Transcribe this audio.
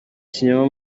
kinyoma